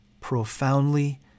profoundly